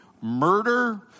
murder